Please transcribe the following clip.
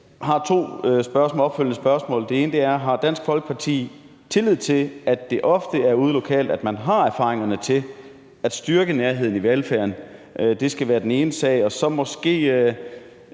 har to opfølgende spørgsmål. Det ene er: Har Dansk Folkeparti tillid til, at det ofte er ude lokalt, man har erfaringerne til at styrke nærheden i velfærden? Det skal være det ene spørgsmål.